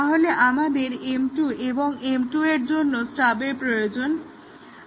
তাহলে আমাদের M1 এবং M2 এর জন্য স্টাবের প্রয়োজন হবে